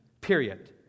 period